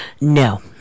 No